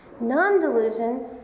Non-delusion